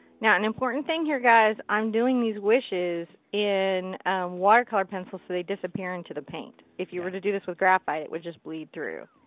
now and important thing here you guys. i'm doing these wishes in watercolor pencil so they disappear into the paint. if you were to do this with graphite, it would just bleed through.